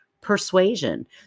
persuasion